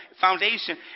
foundation